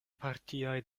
partioj